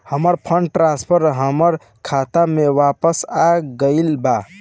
हमर fund transfer हमर खाता में वापस आ गईल बा